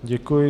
Děkuji.